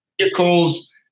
vehicles